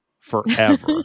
forever